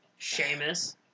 Seamus